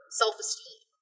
self-esteem